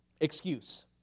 excuse